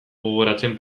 gogoratzen